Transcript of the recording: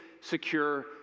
secure